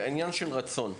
זה עניין של רצון.